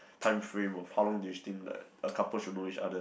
timeframe of how long do you think like a couple should know each other